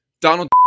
Donald